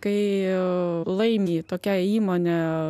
kai laimi tokia įmonė